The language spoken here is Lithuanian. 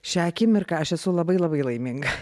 šią akimirką aš esu labai labai laiminga